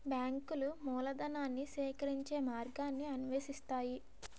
బ్యాంకులు మూలధనాన్ని సేకరించే మార్గాన్ని అన్వేషిస్తాయి